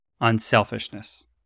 unselfishness